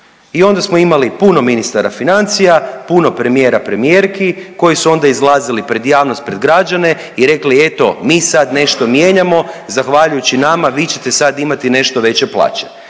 i onda smo imali puno ministara financija, puno premijera i premijerki koji su onda izlazili pred javnost, pred građane i rekli, eto, mi sad nešto mijenjamo, zahvaljujući nama vi ćete sad imati nešto veće plaće.